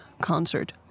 concert